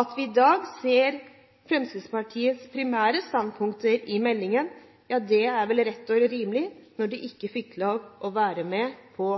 At vi i dag ser Fremskrittspartiets primære standpunkter i meldingen, er vel rett og rimelig når de ikke fikk lov til å være med på